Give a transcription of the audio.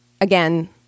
again